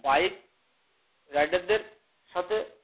bike রাইডারদের সাথে